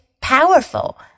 powerful